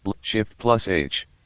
Shift-plus-H